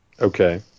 Okay